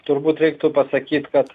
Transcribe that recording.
turbūt reiktų pasakyt kad